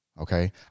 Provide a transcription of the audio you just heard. Okay